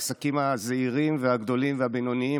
העסקים הזעירים והגדולים והבינוניים,